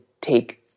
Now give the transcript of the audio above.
take